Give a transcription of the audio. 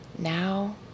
Now